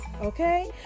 okay